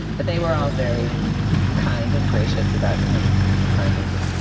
and but they were all very kind and gracious about him kind of